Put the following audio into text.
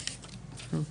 לא.